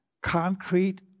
concrete